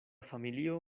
familio